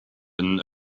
than